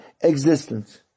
existence